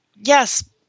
yes